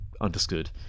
understood